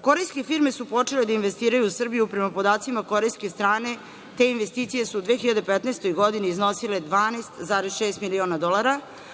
Korejske firme su počele da investiraju u Srbiju prema podacima korejske strane, te investicije su u 2015. godini iznosile 12,6 miliona dolara,